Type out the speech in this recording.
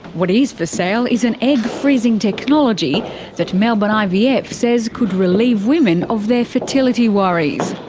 what is for sale is an egg freezing technology that melbourne ivf yeah ivf says could relieve women of their fertility worries.